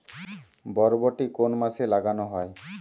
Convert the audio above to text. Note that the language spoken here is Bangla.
বরবটি কোন মাসে লাগানো হয়?